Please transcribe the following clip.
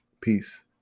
Peace